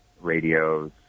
radios